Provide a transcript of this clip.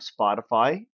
Spotify